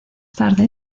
tarde